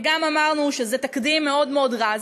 כי גם אמרנו שזה תקדים מאוד מאוד רע.